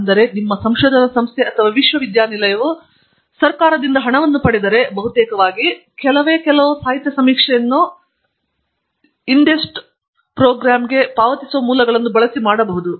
ಅಂದರೆ ನಿಮ್ಮ ಸಂಶೋಧನಾ ಸಂಸ್ಥೆ ಅಥವಾ ವಿಶ್ವವಿದ್ಯಾನಿಲಯವು ಸರ್ಕಾರದಿಂದ ಹಣವನ್ನು ಪಡೆದರೆ ಬಹುತೇಕವಾಗಿ ಕೆಲವೇ ಕೆಲವು ಸಾಹಿತ್ಯ ಸಮೀಕ್ಷೆಯನ್ನು INDEST ಪ್ರೋಗ್ರಾಂಗೆ ಪಾವತಿಸುವ ಮೂಲಗಳನ್ನು ಬಳಸಿ ಮಾಡಬಹುದು